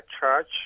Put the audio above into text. church